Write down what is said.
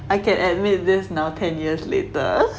I can admit this now ten years later